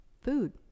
Food